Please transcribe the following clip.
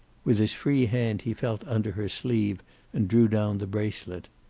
with his free hand he felt under her sleeve and drew down the bracelet.